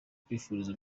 kwifuriza